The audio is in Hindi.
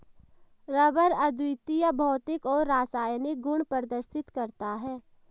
रबर अद्वितीय भौतिक और रासायनिक गुण प्रदर्शित करता है